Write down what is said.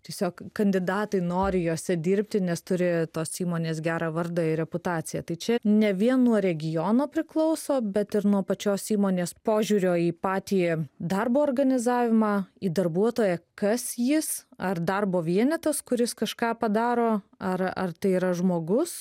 tiesiog kandidatai nori jose dirbti nes turi tos įmonės gerą vardą ir reputaciją tai čia ne vien nuo regiono priklauso bet ir nuo pačios įmonės požiūrio į patį darbo organizavimą į darbuotoją kas jis ar darbo vienetas kuris kažką padaro ar ar tai yra žmogus